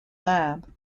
lab